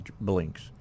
Blinks